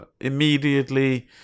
immediately